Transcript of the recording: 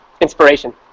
inspiration